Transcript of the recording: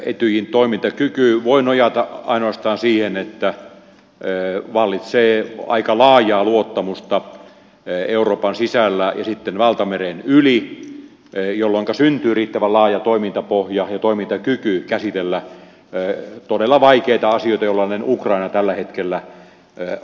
etyjin toimintakyky voi nojata ainoastaan siihen että vallitsee aika laajaa luottamusta euroopan sisällä ja sitten valtameren yli jolloinka syntyy riittävän laaja toimintapohja ja toimintakyky käsitellä todella vaikeita asioita jollainen ukraina tällä hetkellä on